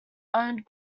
owned